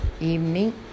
evening